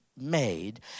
Made